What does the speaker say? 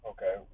Okay